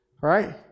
Right